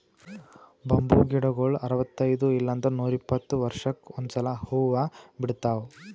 bamboo ಗಿಡಗೊಳ್ ಅರವತೈದ್ ಇಲ್ಲಂದ್ರ ನೂರಿಪ್ಪತ್ತ ವರ್ಷಕ್ಕ್ ಒಂದ್ಸಲಾ ಹೂವಾ ಬಿಡ್ತಾವ್